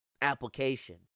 application